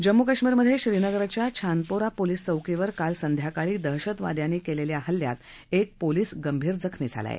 जम्मू काश्मीमध्ये श्रीनगरच्या छानपोरा पोलीस चौकीवर काल संध्याकाळी दहशतवाद्यांनी केलेल्या हल्ल्यात एक पोलीस गंभीर जखमी झाला आहे